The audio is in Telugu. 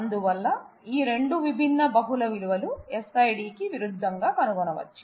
అందువల్ల ఈ రెండు విభిన్న బహుళ విలువలు SIDకి విరుద్ధంగా కనుగొనవచ్చు